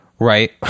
right